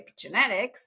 epigenetics